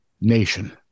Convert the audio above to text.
nation